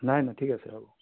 নাই নাই ঠিক আছে হ'ব